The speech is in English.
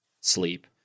sleep